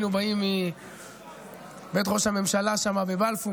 היינו באים מבית ראש הממשלה שם בבלפור,